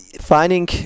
Finding